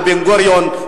על בן-גוריון.